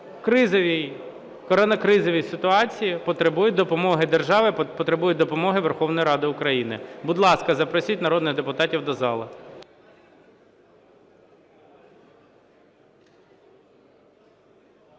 коронакризовій ситуації потребують допомоги держави, потребують допомоги Верховної Ради України. Будь ласка, запросіть народних депутатів до зали.